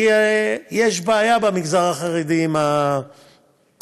כי יש בעיה במגזר החרדי עם המעונות.